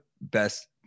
best